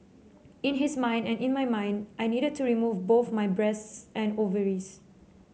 in his mind and in my mind I needed to remove both my breasts and ovaries